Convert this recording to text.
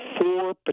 four